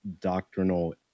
doctrinal